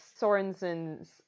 Sorensen's